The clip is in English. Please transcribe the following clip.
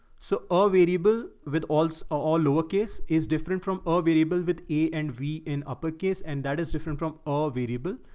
so all variable, with all s all lowercase is different from, or ah variable with e n v in upper case. and that is different from all variable.